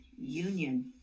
union